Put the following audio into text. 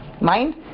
mind